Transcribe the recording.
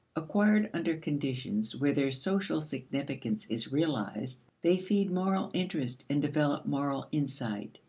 acquired under conditions where their social significance is realized, they feed moral interest and develop moral insight.